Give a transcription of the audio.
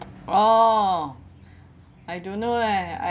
oh I don't know leh I